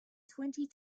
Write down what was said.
twenty